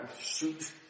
Shoot